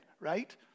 right